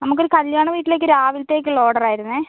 നമുക്ക് ഒരു കല്യാണ വീട്ടില് രാവിലത്തേക്ക് ഉള്ള ഓർഡർ ആയിരുന്നേ